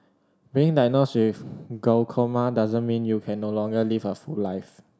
being diagnosed with glaucoma doesn't mean you can no longer live a full life